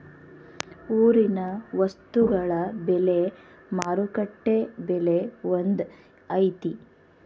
ಊರಿನ ವಸ್ತುಗಳ ಬೆಲೆ ಮಾರುಕಟ್ಟೆ ಬೆಲೆ ಒಂದ್ ಐತಿ?